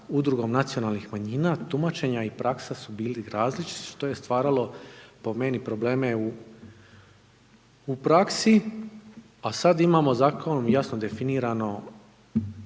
udrugom nacionalnih manjina. Tumačenja i praksa su bili različiti to je stvaralo po meni probleme u praksi, a sad imamo zakonom jasno definirano